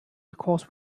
because